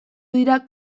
dira